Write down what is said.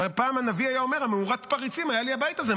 פעם הנביא היה אומר: המאורת פריצים היה לי הבית הזה.